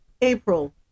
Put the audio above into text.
April